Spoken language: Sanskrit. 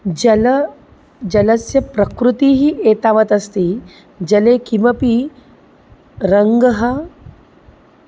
जलं जलस्य प्रकृतिः एतावत् अस्ति जले किमपि रङ्गः